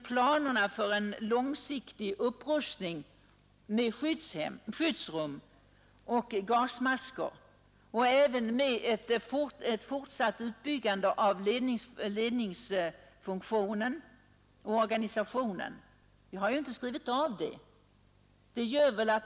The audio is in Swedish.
Planerna på en långsiktig upprustning med skyddsrum och gasmasker och på ett fortsatt utbyggande av ledningsfunktionen och organisationen håller på att realiseras.